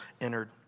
entered